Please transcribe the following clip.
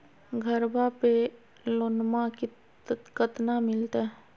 घरबा पे लोनमा कतना मिलते?